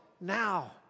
now